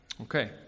Okay